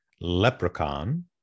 Leprechaun